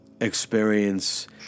experience